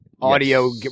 audio